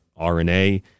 RNA